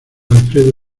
alfredo